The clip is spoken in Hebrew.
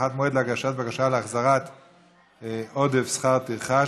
הארכת מועד להגשת בקשה להחזרת עודף שכר טרחה),